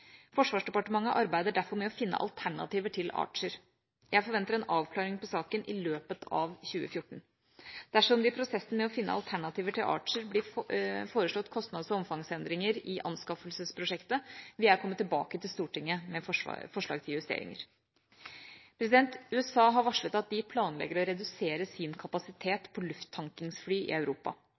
Forsvarsdepartementet arbeider derfor med å finne alternativer til Archer. Jeg forventer en avklaring på saken i løpet av 2014. Dersom det i prosessen med å finne alternativer til Archer blir foreslått kostnads- og omfangsendringer i anskaffelsesprosjektet, vil jeg komme tilbake til Stortinget med forslag til justeringer. USA har varslet at de planlegger å redusere sin kapasitet på lufttankingsfly i Europa.